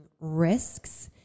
risks